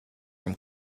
from